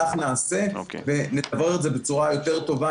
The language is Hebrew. כך נעשה ונדברר את זה בצורה יותר טובה,